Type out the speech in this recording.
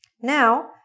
Now